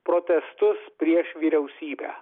protestus prieš vyriausybę